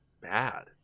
bad